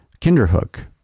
Kinderhook